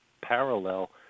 parallel